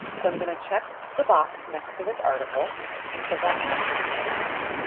so i'm going to check the box next to this article and click on add to reading list